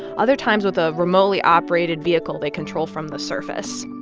other times with a remotely operated vehicle they control from the surface